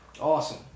Awesome